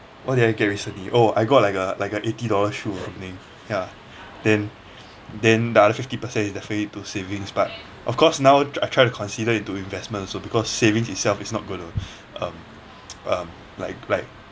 what did I get recently oh I got like a like a eighty dollar shoe or something ya then then the other fifty percent is definitely to savings but of course now I try to consider into investments also because savings itself is not gonna um like like